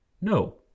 No